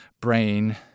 brain